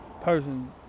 person